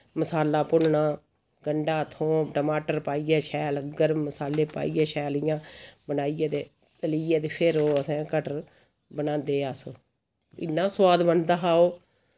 मसाला भुन्नना गंढा थोम टमाटर पाइयै शैल गर्म मसाले पाइयै शैल इय्यां बनाइयै ते ते फिर ओ असैं कटर बनांदे हे अस इन्ना सोआद बनदा हा ओ